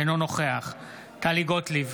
אינו נוכח טלי גוטליב,